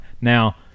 now